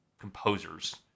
composers